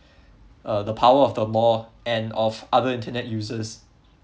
uh the power of the law and of other internet users